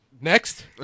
Next